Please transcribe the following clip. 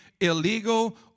illegal